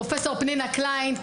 פרופ' פנינה קליין,